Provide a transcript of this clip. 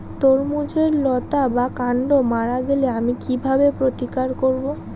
তরমুজের লতা বা কান্ড মারা গেলে আমি কীভাবে প্রতিকার করব?